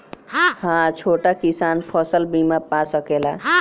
हा छोटा किसान फसल बीमा पा सकेला?